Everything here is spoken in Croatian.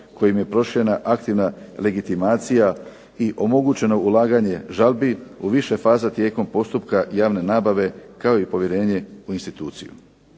kojim je proširena aktivna legitimacija i omogućeno ulaganje žalbi u više faza tijekom postupka javne nabave kao i povjerenje u instituciju.